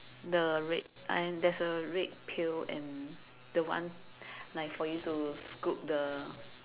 the red and there's a red pail and the one like for you to scoop the